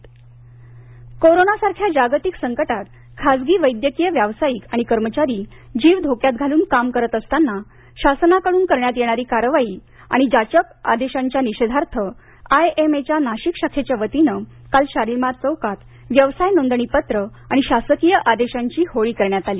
नाशिक कोरोनासारख्या जागतिक संकटात खासगी वैद्यकीय व्यावसायिक आणि कर्मचारी जीव धोक्यात घालून काम करत असतांना शासनाकडून करण्यात येणारी कारवाई आणि जाचक आदेशांच्या निषेधार्थ आय एम ए च्या नाशिक शाखेच्या वतीनं काल शालिमार चौकात व्यवसाय नोंदणीपत्र आणि शासकीय आदेशांची होळी करण्यात आली